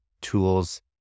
tools